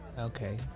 Okay